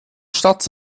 statt